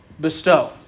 bestow